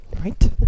right